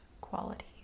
quality